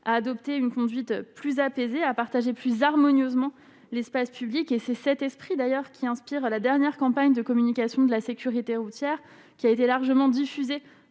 à adopter une conduite plus apaisée à partager plus harmonieusement, l'espace public et c'est cet esprit d'ailleurs qui inspire à la dernière campagne de communication de la sécurité routière, qui a été largement diffusé